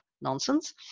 nonsense